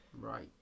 Right